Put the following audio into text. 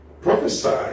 Prophesy